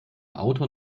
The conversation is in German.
auto